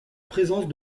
présence